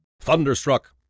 Thunderstruck